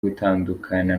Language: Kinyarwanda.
gutandukana